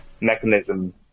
mechanism